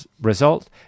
result